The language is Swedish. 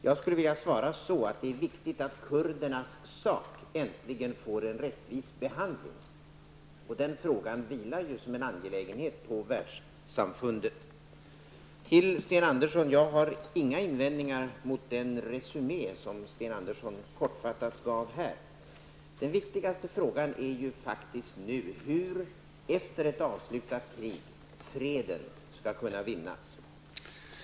Jag skulle vilja svara att det är viktigt att kurdernas sak äntligen får en rättvis behandling. Den frågan är ju en angelägenhet för världssamfundet. Till Sten Andersson: Jag har inga invändningar mot den kortfattade resumé som Sten Andresson gav här. Den viktigaste frågan nu är ju faktiskt hur, efter ett avslutat krig, freden skall kunna vinnas.